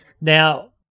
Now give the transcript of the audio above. Now